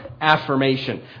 affirmation